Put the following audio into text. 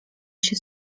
się